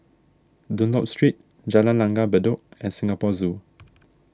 Dunlop Street Jalan Langgar Bedok and Singapore Zoo